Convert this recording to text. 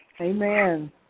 Amen